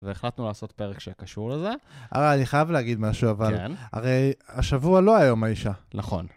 והחלטנו לעשות פרק שקשור לזה. אבל אני חייב להגיד משהו, אבל, הרי השבוע לא היה יום האישה. נכון.